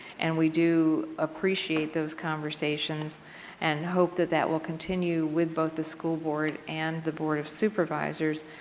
and we do appreciate those conversations and hope that that will continue with both the school board and the board of supervisors.